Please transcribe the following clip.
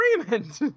agreement